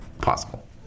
possible